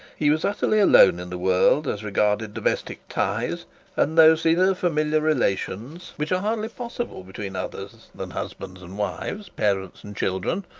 he was utterly alone in the world as regarded domestic ties and those inner familiar relations which are hardly possible between others than husbands and wives, parents and children,